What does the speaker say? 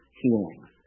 healings